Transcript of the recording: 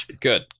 Good